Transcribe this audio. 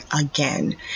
again